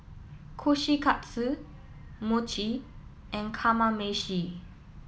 Kushikatsu Mochi and Kamameshi